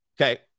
Okay